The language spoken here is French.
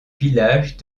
village